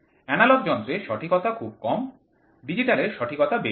analogue যন্ত্রের সঠিকতা খুব কম ডিজিটাল এর সঠিকতা বেশি